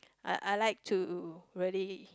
I I like to really